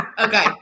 Okay